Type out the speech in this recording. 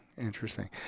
interesting